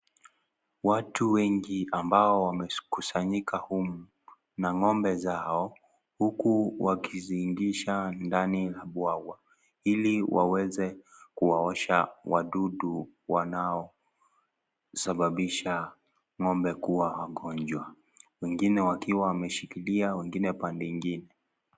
Watu wengi ambao wamekusanyika humu na ng'ombe zao huku wakiziingisha ndani ya bwawa ili waweze kuwaosha wadudu wanao sababisha ng'ombe kuwa wagonjwa . Wengine wakiwa wameshikilia wengine pande ingine.